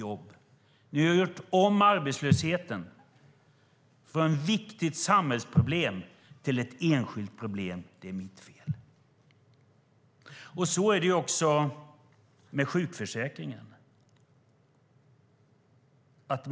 Ni i regeringen har gjort om arbetslösheten från ett viktigt samhällsproblem till ett enskilt problem. Det är den enskildes fel. Så är det också med sjukförsäkringen.